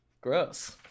gross